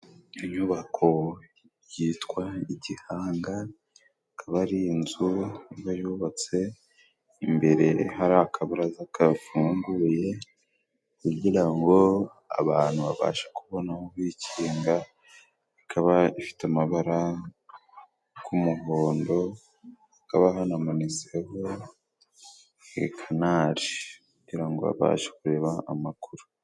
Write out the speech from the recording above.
Inyubako yitwa Gihanga ikaba ari inzu, iyo yubatse imbere hari akabaraza kafunguye, kugira ngo abantu babashe kubona aho bikinga, ikaba ifite amabara g'umuhondo, hakaba hanamanitseho kanari, kugira ngo abantu babashe kureba amakuru.